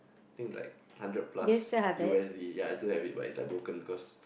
think like hundred plus U_S_D ya its a bit but like broken cause